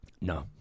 No